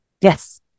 Yes